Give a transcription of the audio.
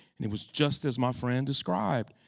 and it was just as my friend described.